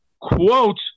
quote